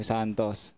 Santos